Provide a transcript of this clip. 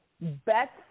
Best